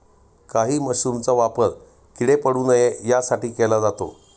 काही मशरूमचा वापर किडे पडू नये यासाठी केला जातो